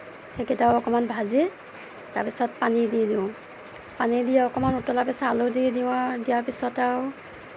সেইকেইটাও অকণমান ভাজি তাৰপিছত পানী দি লওঁ পানী দি অকণ উতলাৰ পিছত আলু দি দিওঁ আৰু দিয়াৰ পিছত আৰু